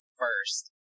first